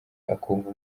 akumva